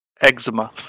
Eczema